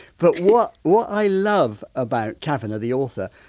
but what what i love about cavanagh, the author,